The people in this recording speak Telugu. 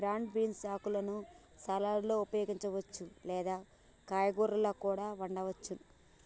బ్రాడ్ బీన్స్ ఆకులను సలాడ్లలో ఉపయోగించవచ్చు లేదా కూరగాయాలా కూడా వండవచ్చు